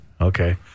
okay